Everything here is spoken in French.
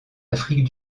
afrique